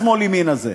השמאל-ימין הזה.